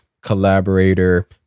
collaborator